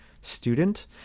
student